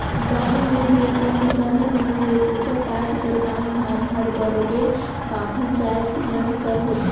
गाँव में होए चहे सहर में होए पूजा पाठ कर काम धाम हर बरोबेर बाभन जाएत मन कर होथे